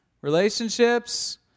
relationships